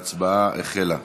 ההצבעה החלה.